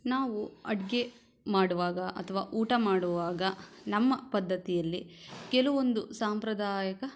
ನಾವು ಅಡುಗೆ ಮಾಡುವಾಗ ಅಥವಾ ಊಟ ಮಾಡುವಾಗ ನಮ್ಮ ಪದ್ಧತಿಯಲ್ಲಿ ಕೆಲವೊಂದು ಸಾಂಪ್ರದಾಯಿಕ